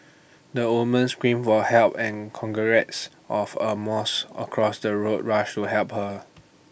the woman screamed for help and congrats of A moss across the road rushed to help her